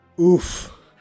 Oof